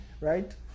right